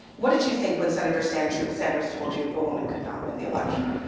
what did you think when senator sanders sanders told you a woman could not win the election?